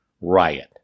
riot